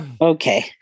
okay